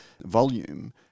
volume –